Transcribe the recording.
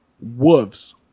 wolves